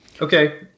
Okay